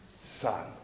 Son